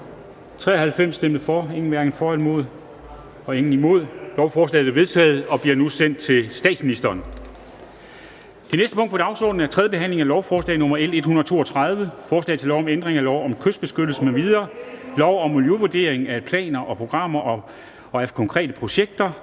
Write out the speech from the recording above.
stemte 0, hverken for eller imod stemte 0. Lovforslaget er enstemmigt vedtaget og bliver nu sendt til statsministeren. --- Det næste punkt på dagsordenen er: 3) 3. behandling af lovforslag nr. L 132: Forslag til lov om ændring af lov om kystbeskyttelse m.v., lov om miljøvurdering af planer og programmer og af konkrete projekter